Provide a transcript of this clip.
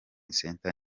center